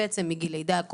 מגיל לידה.